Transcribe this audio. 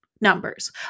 numbers